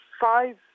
five